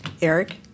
Eric